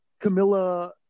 Camilla